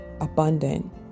abundant